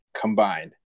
combined